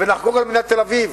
ונחגוג על מדינת תל-אביב,